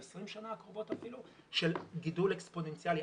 ב-20 השנים הקרובות אפילו של גידול אקספוננציאלי.